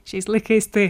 šiais laikais tai